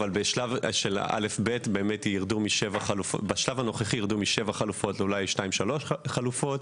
בשלב של הא'-ב' הנוכחי ירדו משבע חלופות לשתיים או לשלוש חלופות.